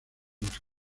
las